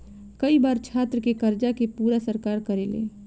कई बार छात्र के कर्जा के पूरा सरकार करेले